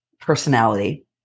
personality